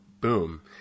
boom